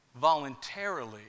voluntarily